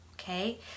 okay